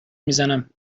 میزنم